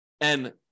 and-